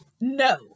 No